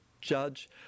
judge